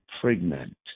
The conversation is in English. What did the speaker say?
pregnant